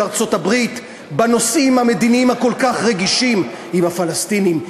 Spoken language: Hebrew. ארצות-הברית בנושאים המדיניים הרגישים כל כך עם הפלסטינים,